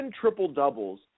triple-doubles